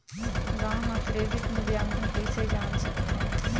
गांव म क्रेडिट मूल्यांकन कइसे जान सकथव?